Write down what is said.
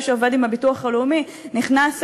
חברי הכנסת, אנחנו נמתין עוד קצת.